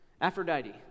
Aphrodite